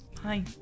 Hi